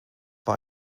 war